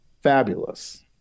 fabulous